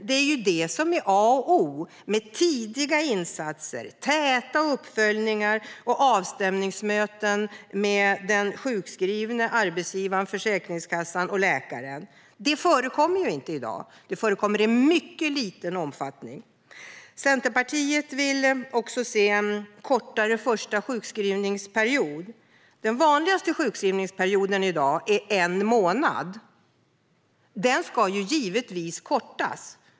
Det är A och O med tidiga insatser, täta uppföljningar och avstämningsmöten med den sjukskrivne, arbetsgivaren, Försäkringskassan och läkaren. Det förekommer inte i dag. Det förekommer i mycket liten omfattning. Centerpartiet vill också se en kortare första sjukskrivningsperiod. Den vanligaste sjukskrivningsperioden i dag är en månad. Den ska givetvis kortas.